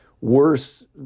Worse